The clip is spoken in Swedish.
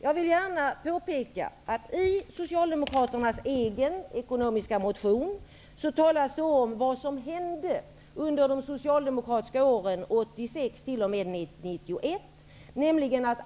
Jag vill gärna påpeka att i Socialdemokraternas egen ekonomiska motion talas det om vad som hände under de socialdemokratiska åren 1986--1991.